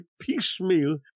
piecemeal